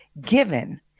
given